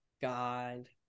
God